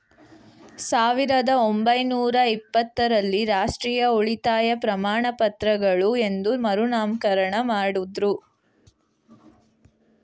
ಸಾವಿರದ ಒಂಬೈನೂರ ಇಪ್ಪತ್ತ ರಲ್ಲಿ ರಾಷ್ಟ್ರೀಯ ಉಳಿತಾಯ ಪ್ರಮಾಣಪತ್ರಗಳು ಎಂದು ಮರುನಾಮಕರಣ ಮಾಡುದ್ರು